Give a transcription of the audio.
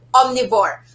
omnivore